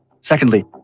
Secondly